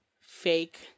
fake